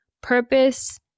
purpose